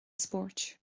spóirt